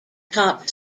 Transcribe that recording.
top